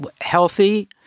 healthy